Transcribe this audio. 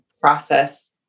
process